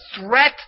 threat